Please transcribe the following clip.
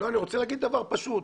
אני רוצה לומר דבר פשוט.